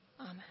Amen